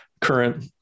current